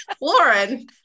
lauren